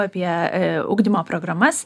apie ugdymo programas